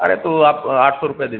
अरे तो आप आठ सौ रुपये दे दीजिए